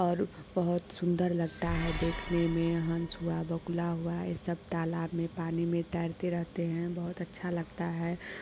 और बहुत सुन्दर लगता है देखने में हंस हुआ बगुला हुआ यह सब तालाब में पानी में तैरते रहते हैं बहुत अच्छा लगता है